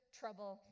trouble